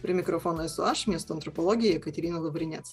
prie mikrofono esu aš miesto antropologė jekaterina lavrinėc